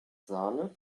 sahne